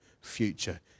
future